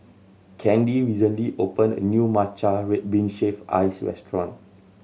Candi recently opened a new matcha red bean shaved ice restaurant